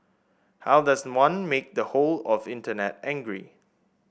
how does one make the whole of Internet angry